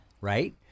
Right